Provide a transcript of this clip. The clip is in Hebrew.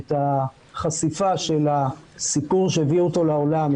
את החשיפה של הסיפור שהביא אותו לעולם,